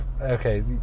Okay